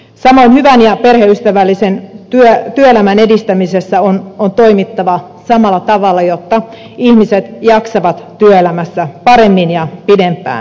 samoin hyvän ja perheystävällisen työelämän edistämisessä on toimittava samalla tavalla jotta ihmiset jaksavat työelämässä paremmin ja pidempään